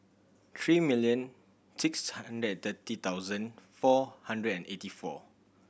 three million six hundred thirty thousand four hundred and eighty four